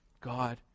God